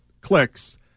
clicks